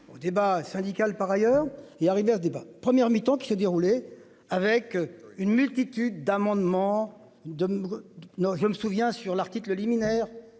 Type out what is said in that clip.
au débat syndical par ailleurs est arrivé à ce débat. Première mi-temps qui se dérouler avec une multitude d'amendements de. Non je me souviens sur l'article liminaire